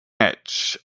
edge